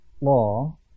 law